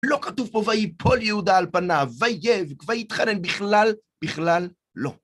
לא כתוב פה ויפול יהודה על פניו, ויבך, ויתחנן, בכלל, בכלל לא.